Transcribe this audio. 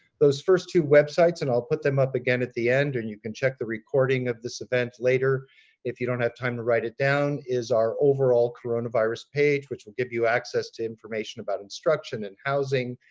those first two websites, and i'll put them up again at the end and you can check the recording of this event later if you don't have time to write it down is our overall coronavirus page which will give you access to information about instruction and housing